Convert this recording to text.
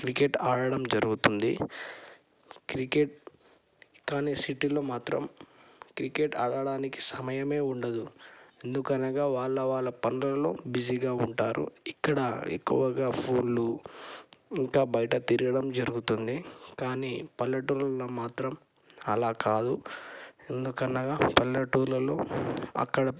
cricket ఆడడం జరుగుతుంది cricket కానీ సిటీలో మాత్రం క్రికెట్ ఆడటానికి సమయమే ఉండదు ఎందుకనగా వాళ్ళ వాళ్ళ పనులలో బిజీగా ఉంటారు ఇక్కడ ఎక్కువగా ఫోన్లు ఇంకా బయట తిరగడం జరుగుతుంది కానీ పల్లెటూరులో మాత్రం అలా కాదు ఎందుకనగా పల్లెటూళ్ళలో అక్కడ